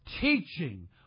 teaching